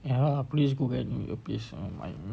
ya lah please go get a earpiece online